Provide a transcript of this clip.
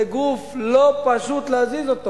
זה גוף שלא פשוט להזיז אותו.